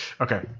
Okay